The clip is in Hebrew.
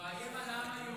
הוא מאיים על העם היהודי.